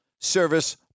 service